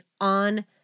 on